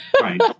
Right